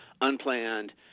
unplanned